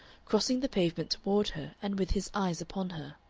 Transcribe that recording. crossing the pavement toward her and with his eyes upon her.